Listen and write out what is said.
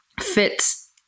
fits